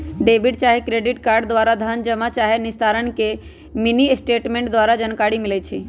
debit चाहे credit card द्वारा धन जमा चाहे निस्तारण के मिनीस्टेटमेंट द्वारा जानकारी मिलइ छै